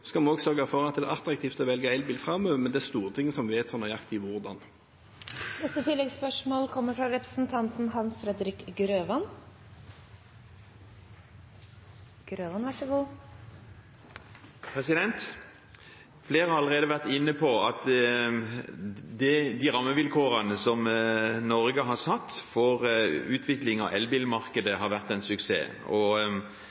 skal vi også sørge for at det er attraktivt å velge elbil framover, men det er Stortinget som vedtar nøyaktig hvordan. Hans Fredrik Grøvan – til oppfølgingsspørsmål. Flere har allerede vært inne på at de rammevilkårene som Norge har satt for utviklingen av elbilmarkedet, har vært en suksess, og